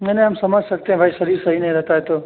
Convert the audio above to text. नहीं नहीं हम समझ सकते हैं भाई शरीर सही नहीं रहता है तो